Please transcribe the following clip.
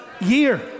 year